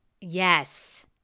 Yes